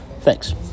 thanks